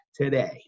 today